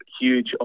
huge